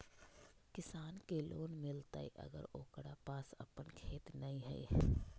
किसान के लोन मिलताय अगर ओकरा पास अपन खेत नय है?